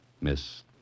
Miss